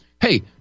hey